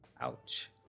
Ouch